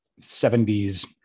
70s